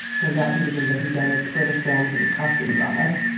turns out he was into whodunits, british films and costume dramas.